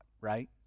right